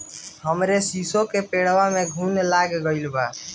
हमरे शीसो के पेड़वा में घुन लाग गइल बा